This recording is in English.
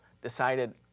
decided